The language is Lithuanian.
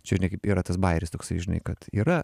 čia yra tas bajeris toksai žinai kad yra